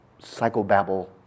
psychobabble